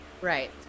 Right